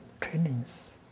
trainings